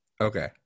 Okay